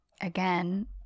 again